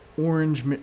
orange